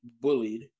bullied